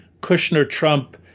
Kushner-Trump